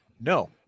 No